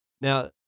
Now